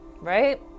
right